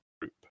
group